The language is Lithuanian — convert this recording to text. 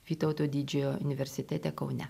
vytauto didžiojo universitete kaune